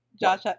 Josh